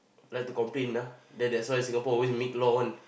like to complain ah that that's why Singapore always make law one